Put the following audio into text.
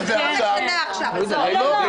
זה לא משנה עכשיו, עזוב.